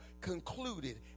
concluded